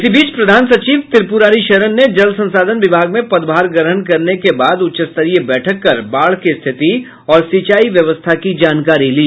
इस बीच प्रधान सचिव त्रिपुरारी शरण ने जल संसाधन विभाग में पदभार ग्रहण करने के बाद उच्च स्तरीय बैठक कर बाढ़ की स्थिति और सिंचाई व्यवस्था की जानकारी ली